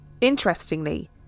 Interestingly